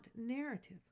narrative